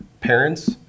parents